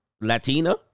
Latina